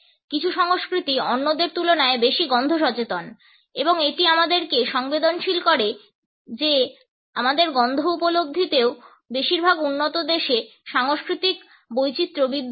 কিছু সংস্কৃতি অন্যদের তুলনায় বেশি গন্ধ সচেতন এবং এটি আমাদেরকে সংবেদনশীল করে যে আমাদের গন্ধের উপলব্ধিতেও বেশিরভাগ উন্নত দেশে সাংস্কৃতিক বৈচিত্র বিদ্যমান